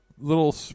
little